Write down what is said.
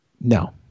No